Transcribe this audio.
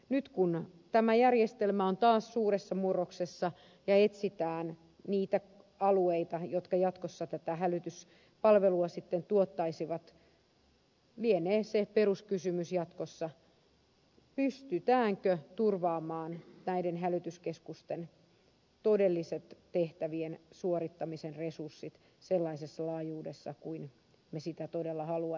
nyt kun tämä järjestelmä on taas suuressa murroksessa ja etsitään niitä alueita jotka jatkossa tätä hälytyspalvelua tuottaisivat lienee peruskysymys jatkossa se pystytäänkö turvaamaan näiden hälytyskeskusten todelliset tehtävien suorittamisen resurssit sellaisessa laajuudessa kuin me sitä todella haluaisimme